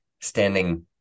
standing